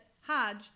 Hodge